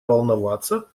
волноваться